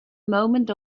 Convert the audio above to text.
moment